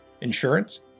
insurance